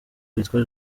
witwa